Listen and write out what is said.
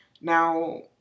Now